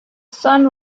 sun